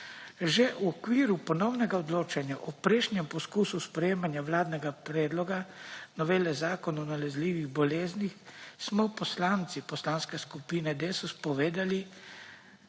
Že v okviru ponovnega odločanja o prejšnjem poskusu sprejemanja vladnega predloga novele zakona o nalezljivih boleznih smo poslanci Poslanske skupine Desus povedali,